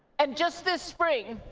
and just this spring,